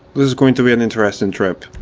this is going to be an interesting trip.